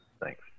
Thanks